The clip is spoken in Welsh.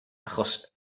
achos